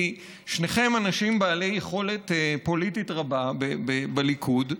כי שניכם אנשים בעלי יכולת פוליטית רבה בליכוד,